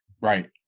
Right